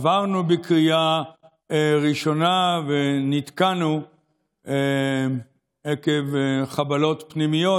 עברנו בקריאה ראשונה ונתקענו עקב חבלות פנימיות,